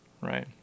right